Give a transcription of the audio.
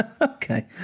Okay